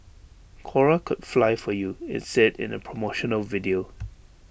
cora could fly for you IT said in A promotional video